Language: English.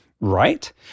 right